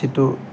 যিটো